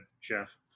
Jeff